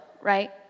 right